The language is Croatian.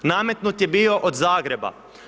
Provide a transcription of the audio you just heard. Nametnut je bio od Zagreba.